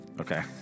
okay